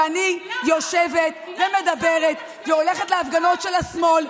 למה את חושבת שאת יודעת הכול?